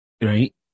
Right